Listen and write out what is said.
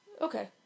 Okay